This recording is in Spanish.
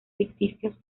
ficticios